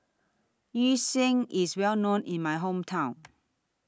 Yu Sheng IS Well known in My Hometown